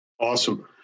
Awesome